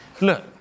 look